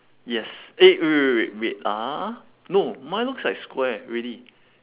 yes eh wait wait wait wait wait ah no mine looks like square really